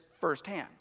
firsthand